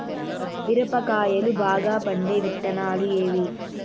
మిరప కాయలు బాగా పండే విత్తనాలు ఏవి